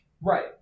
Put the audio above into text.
Right